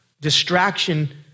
distraction